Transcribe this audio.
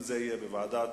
אם בוועדת